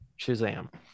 Shazam